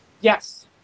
Yes